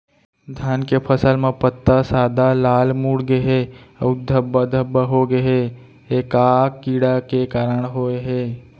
धान के फसल म पत्ता सादा, लाल, मुड़ गे हे अऊ धब्बा धब्बा होगे हे, ए का कीड़ा के कारण होय हे?